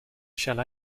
shall